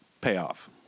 payoff